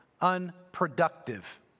unproductive